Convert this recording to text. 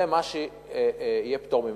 זה יהיה פטור ממע"מ.